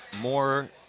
more